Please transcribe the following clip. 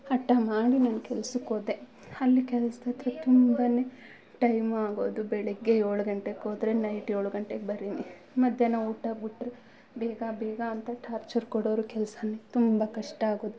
ಹಠ ಮಾಡಿ ನಾನು ಕೆಲ್ಸಕ್ಕೆ ಹೋದೆ ಅಲ್ಲಿ ಕೆಲ್ಸದತ್ರ ತುಂಬಾ ಟೈಮ್ ಆಗೋದು ಬೆಳಗ್ಗೆ ಏಳು ಗಂಟೆಗ್ ಹೋದ್ರೆ ನೈಟ್ ಏಳು ಗಂಟೆಗೆ ಬರಿನಿ ಮಧ್ಯಾಹ್ನ ಊಟ ಬಿಟ್ರೆ ಬೇಗ ಬೇಗ ಅಂತ ಠಾರ್ಚರ್ ಕೊಡೋರು ಕೆಲ್ಸ ತುಂಬ ಕಷ್ಟ ಆಗೋದು